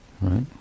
right